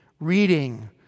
reading